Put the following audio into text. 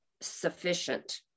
sufficient